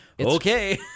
Okay